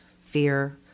fear